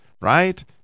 right